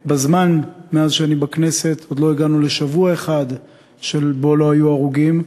מאז שאני בכנסת עוד לא הגענו לשבוע אחד שלא היו בו הרוגים.